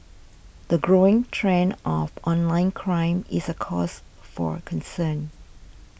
the growing trend of online crime is a cause for concern